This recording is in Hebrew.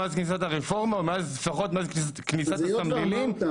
לפחות מאז כניסת הסמלילים,